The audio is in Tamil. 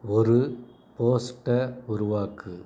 ஒரு போஸ்ட்டை உருவாக்குது